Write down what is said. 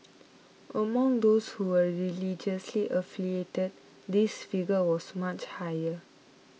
among those who were religiously affiliated this figure was much higher